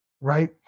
right